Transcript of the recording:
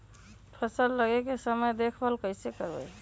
फल लगे के समय देखभाल कैसे करवाई?